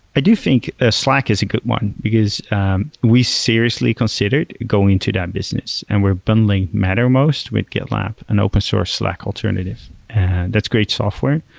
i do think ah slack is a good one, because we seriously considered going to that business, and where bundling matter most with gitlab and open source slack alternative that's a great software,